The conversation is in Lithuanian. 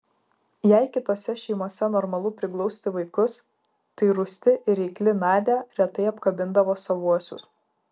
jei kitose šeimose normalu priglausti vaikus tai rūsti ir reikli nadia retai apkabindavo savuosius